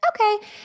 okay